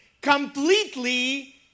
completely